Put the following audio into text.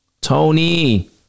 Tony